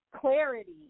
clarity